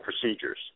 procedures